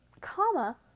comma